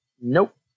Nope